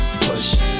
push